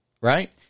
right